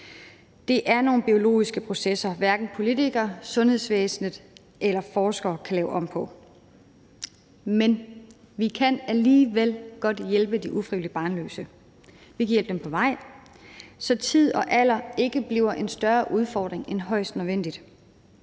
Det er nogle biologiske processer, hverken politikere, sundhedsvæsenet eller forskere og kan lave om på. Men vi kan alligevel godt hjælpe de ufrivilligt barnløse. Vi kan hjælpe dem på vej, så tid og alder ikke bliver en større udfordring end højst nødvendigt.